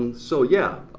and so yeah,